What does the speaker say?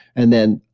and then